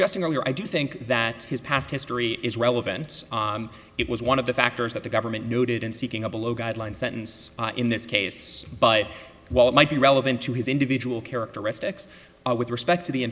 suggesting earlier i do think that his past history is relevant it was one of the factors that the government noted in seeking a below guideline sentence in this case but while it might be relevant to his individual characteristics with respect to the